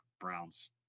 Browns